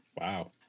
Wow